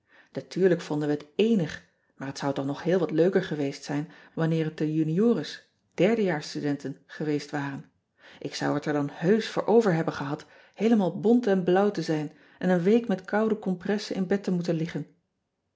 atuurlijk vonden we het éénig maar het zou toch nog heel wat leuker geweest zijn wanneer het de juniores derde jaars studenten geweest waren k zou t er dan heusch voor over hebben gehad heelemaal bont en blauw te zijn en een week met koude compressen in bed te moeten liggen